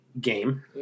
game